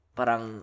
parang